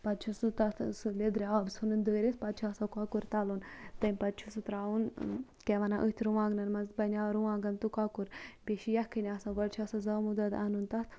پَتہٕ چھُ سُہ تَتھ سُہ لیٚدرِ آب ژھٕنُن دٲرِتھ پَتہٕ چھُ آسان کۄکُر تَلُن تمہِ پَتہٕ چھُ سُہ تراوُن کیاہ وَنان أتھۍ رُوانٛگنَن مَنٛز بَنیٚو رُوانٛگَن تہٕ کۄکُر بیٚیہِ چھِ یَکھٕنۍ آسان گوڈٕ چھُ آسان زامُت دۄد اَنُن تَتھ